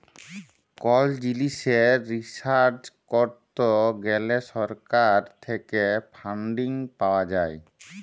call জিলিসে research করত গ্যালে সরকার থেক্যে ফান্ডিং পাওয়া যায়